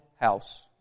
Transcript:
house